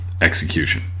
execution